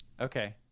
Okay